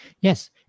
Yes